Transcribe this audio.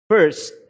First